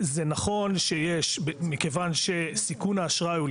מכיוון שסיכון האשראי הוא,